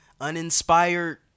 uninspired